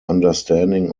understanding